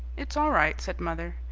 it's all right, said mother,